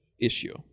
issue